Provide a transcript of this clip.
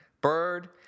Bird